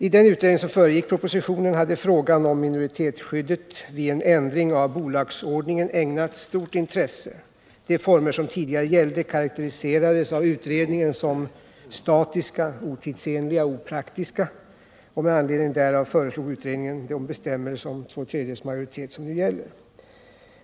I den utredning som föregick propositionen hade frågan om minoritetsskyddet vid en ändring av bolagsordningen ägnats stort intresse. De former som tidigare gällde karakteriserades av utredningen som ”statiska, otidsenliga och opraktiska”, och med anledning därav föreslog utredningen de bestämmelser om två tredjedels majoritet som nu gäller.